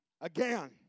Again